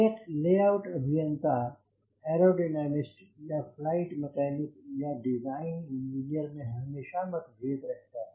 एक layout अभियंता और ऐरोडीनमिस्ट या फ्लाइट मैकेनिक या डिज़ाइन इंजीनियर में हमेशा मतभेद रहता है